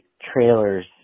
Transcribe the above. trailers